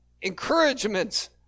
encouragements